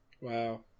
Wow